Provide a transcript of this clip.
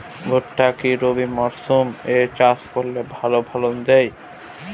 ভুট্টা কি রবি মরসুম এ চাষ করলে ভালো ফলন দেয়?